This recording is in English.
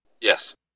Yes